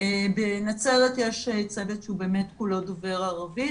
בנצרת יש צוות שהוא כולו דובר ערבית,